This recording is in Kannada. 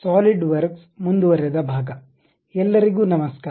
ಸಾಲಿಡ್ವರ್ಕ್ಸ್ ಮುಂದುವರೆದ ಎಲ್ಲರಿಗೂ ನಮಸ್ಕಾರ